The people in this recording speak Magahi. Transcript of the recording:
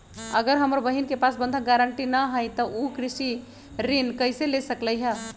अगर हमर बहिन के पास बंधक गरान्टी न हई त उ कृषि ऋण कईसे ले सकलई ह?